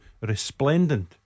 resplendent